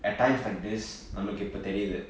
at times like this நமக்கு இப்ப தெரியாது:nammaku ippa theriyithu